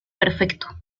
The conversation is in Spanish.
perfecto